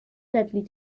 deadly